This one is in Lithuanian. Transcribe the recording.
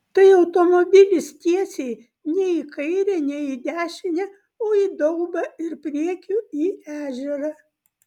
tai automobilis tiesiai nei į kairę nei į dešinę o į daubą ir priekiu į ežerą